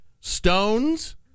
stones